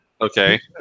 okay